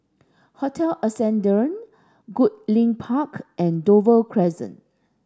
Hotel Ascendere Goodlink Park and Dover Crescent